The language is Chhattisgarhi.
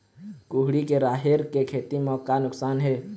कुहड़ी के राहेर के खेती म का नुकसान हे?